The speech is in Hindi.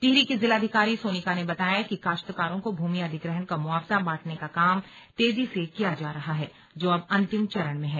टिहरी की जिलाधिकारी सोनिका ने बताया कि काश्तकारों को भूमि अधिग्रहण का मुआवजा बांटने का काम तेजी से किया जा रहा है जो अब अंतिम चरण में है